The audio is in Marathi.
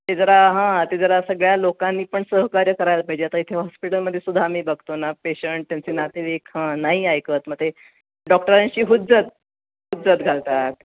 ते जरा हां ते जरा सगळ्या लोकांनी पण सहकार्य करायला पाहिजे आता इथे हॉस्पिटलमध्ये सुद्धा आम्ही बघतो ना पेशंट त्यांचे नातेवाईक हां नाही ऐकत मग ते डॉक्टरांशी हुज्जत हुज्जत घालतात